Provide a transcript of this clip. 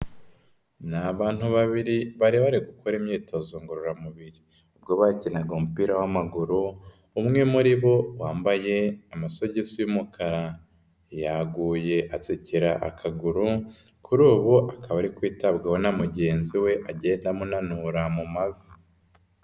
Ni abantu babiri bari bari gukora imyitozo ngororamubiri, ubwo bakinaga umupira w'amaguru, umwe muri bo wambaye amasogisi y'umukara yaguye atsikira akaguru, kuri ubu akaba ari kwitabwaho na mugenzi we agenda amunanura mu mavi.